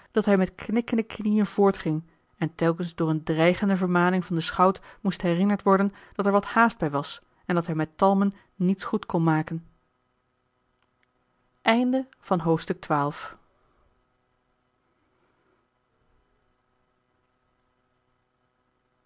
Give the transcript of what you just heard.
dat hij met knikkende knieën voortging en telkens door eene dreigende vermaning van den schout moest herinnerd worden dat er wat haast bij was en dat hij met talmen niets goed kon maken